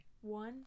one